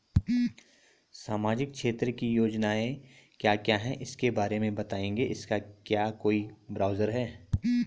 सामाजिक क्षेत्र की योजनाएँ क्या क्या हैं उसके बारे में बताएँगे इसका क्या कोई ब्राउज़र है?